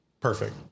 perfect